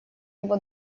его